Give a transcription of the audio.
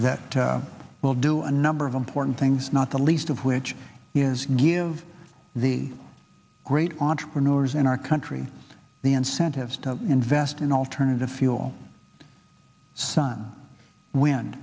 that will do a number of important things not the least of which is give the great entrepreneurs in our country the incentives to invest in alternative fuel sun wind